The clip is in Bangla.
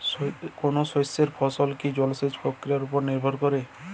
কোনো শস্যের ফলন কি জলসেচ প্রক্রিয়ার ওপর নির্ভর করে?